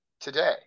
today